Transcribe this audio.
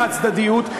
חד-צדדיות,